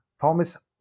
Thomas